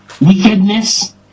wickedness